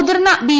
മുതിർന്ന ബി